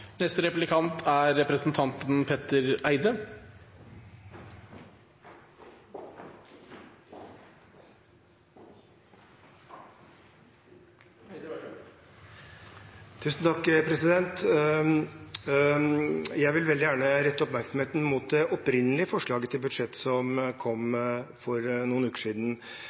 Jeg vil veldig gjerne rette oppmerksomheten mot det opprinnelige forslaget til budsjett, som kom for